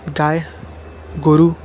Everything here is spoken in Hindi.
गाय गोरू